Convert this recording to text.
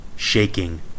Shaking